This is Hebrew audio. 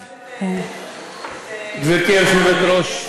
תשאל את גברתי היושבת-ראש,